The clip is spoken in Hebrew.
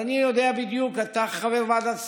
אני יודע בדיוק, אתה חבר ועדת הכספים,